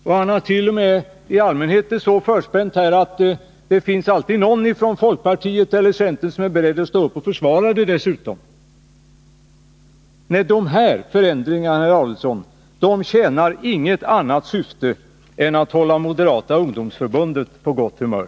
Han har det t.o.m. i allmänhet så förspänt här att det alltid finns någon från folkpartiet eller centern som är beredd att stå upp och försvara hans förslag. Nej, herr Adelsohn, de här förändringarna tjänar inget annat syfte än att hålla Moderata ungdomsförbundet på gott humör.